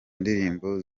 ndirimbo